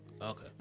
Okay